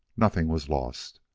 nothing was lost.